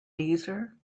deezer